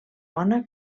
bona